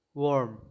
warm